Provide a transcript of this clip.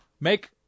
make